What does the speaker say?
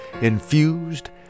infused